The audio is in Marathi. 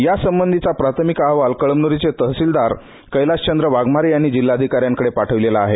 यासंबंधीचा प्राथमिक अहवाल कळमनुरीचे तहसीलदार कैलासचंद्र वाघमारे यांनी जिल्ह्याधीकाऱ्यांकडे पाठविलेला आहे